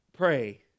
Pray